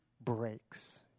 breaks